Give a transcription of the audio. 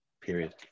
period